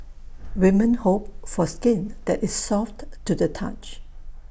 women hope for skin that is soft to the touch